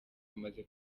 bamaze